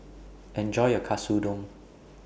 Enjoy your Katsudon